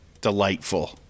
delightful